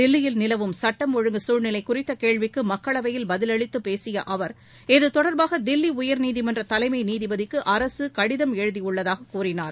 தில்லியில் நிலவும் சட்டம் ஒழுங்கு சூழ்நிலை குறித்த கேள்விக்கு மக்களவையில் பதிலளித்து பேசிய அவர் இது தொடர்பாக தில்லி உயர்நீதிமன்ற தலைமை நீதிபதிக்கு அரசு கடிதம் எழுதியுள்ளதாக கூறினார்